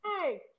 Hey